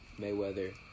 Mayweather